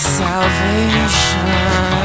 salvation